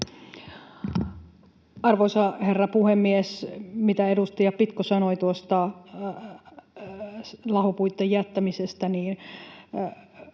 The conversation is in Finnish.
Arvoisa herra puhemies! Edustaja Pitko sanoi tuosta lahopuitten jättämisestä, ja